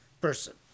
person